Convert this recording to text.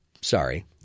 Sorry